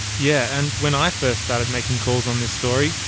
yeah, and when i first started making calls on this story.